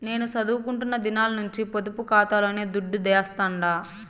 నేను సదువుకుంటున్న దినాల నుంచి పొదుపు కాతాలోనే దుడ్డు దాస్తండా